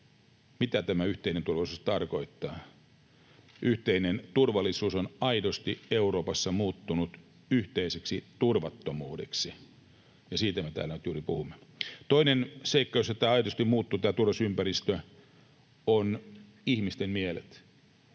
mitä tämä yhteinen turvallisuus tarkoittaa. Yhteinen turvallisuus on aidosti Euroopassa muuttunut yhteiseksi turvattomuudeksi, ja siitä me täällä nyt juuri puhumme. Toinen seikka, jossa tämä turvallisuusympäristö aidosti